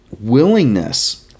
willingness